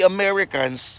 Americans